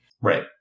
Right